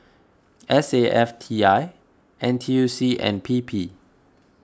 S A F T I N T U C and P P